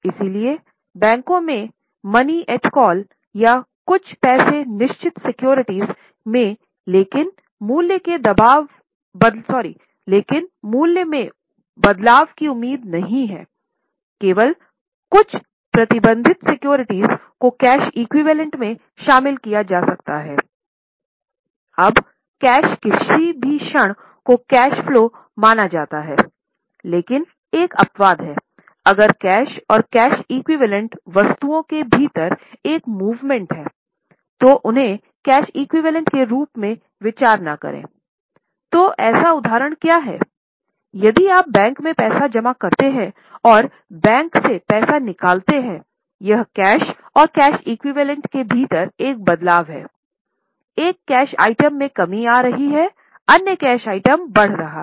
इसलिए बैंकों में मनी एट कॉल के भीतर एक बदलाव है एक कैश आइटम में कमी आ रही है अन्य कैश आइटम बढ़ रहा है